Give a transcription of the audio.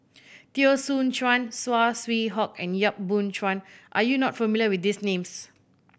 Teo Soon Chuan Saw Swee Hock and Yap Boon Chuan are you not familiar with these names